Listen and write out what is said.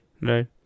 right